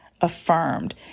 affirmed